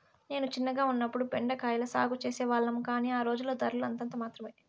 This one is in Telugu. నేను చిన్నగా ఉన్నప్పుడు బెండ కాయల సాగు చేసే వాళ్లము, కానీ ఆ రోజుల్లో ధరలు అంతంత మాత్రమె